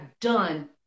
done